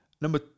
Number